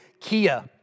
Kia